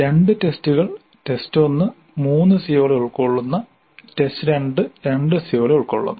രണ്ട് ടെസ്റ്റുകൾ ടെസ്റ്റ് 1 മൂന്ന് സിഒകളെ ഉൾക്കൊള്ളുന്ന ടെസ്റ്റ് 2 രണ്ട് സിഒകളെ ഉൾക്കൊള്ളുന്നു